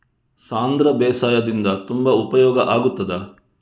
ಸಾಂಧ್ರ ಬೇಸಾಯದಿಂದ ತುಂಬಾ ಉಪಯೋಗ ಆಗುತ್ತದಾ?